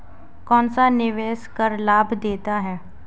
कौनसा निवेश कर लाभ देता है?